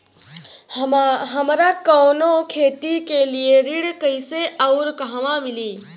हमरा कवनो खेती के लिये ऋण कइसे अउर कहवा मिली?